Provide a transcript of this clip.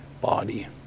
body